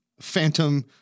phantom